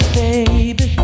baby